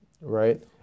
right